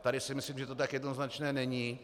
Tady si myslím, že to tak jednoznačné není.